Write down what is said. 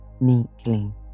meekly